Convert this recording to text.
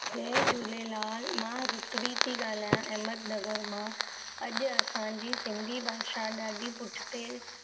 जय झूलेलाल मां रुतवी थी ॻाल्हायां अहमद नगर मां अॼु असांजी सिंधी भाषा ॾाढी पुठिते